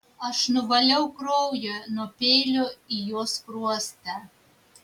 aš nuvaliau kraują nuo peilio į jo skruostą